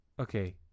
Okay